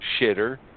shitter